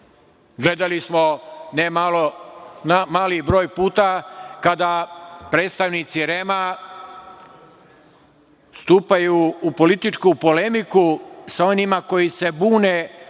Gledali smo nemali broj puta kada predstavnici REM-a stupaju u političku polemiku sa onima koji se bune